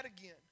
again